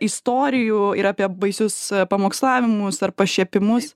istorijų ir apie baisius pamokslavimus ar pašiepimus